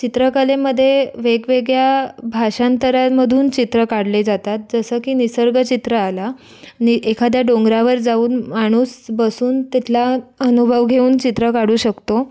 चित्रकलमध्ये वेगवेगळ्या भाषांतरामधून चित्र काढले जातात जसं की निसर्गचित्र आलं आणि एखाद्या डोंगरावर जाऊन माणूस बसून तिथला अनुभव घेऊन चित्र काढू शकतो